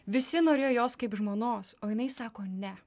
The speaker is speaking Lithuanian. visi norėjo jos kaip žmonos o jinai sako ne